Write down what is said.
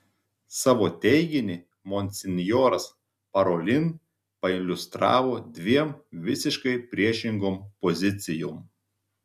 savo teiginį monsinjoras parolin pailiustravo dviem visiškai priešingom pozicijom